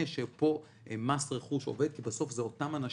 שפה מס רכוש עובד כי בסוף זה אותם אנשים.